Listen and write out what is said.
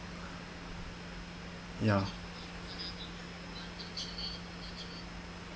ya